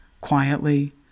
quietly